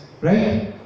Right